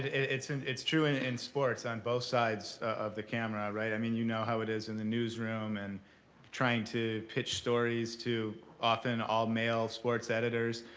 it's it's true in and sports on both sides of the camera. i mean you know how it is in the newsroom and trying to pitch stories to often all-male sports editors.